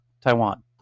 Taiwan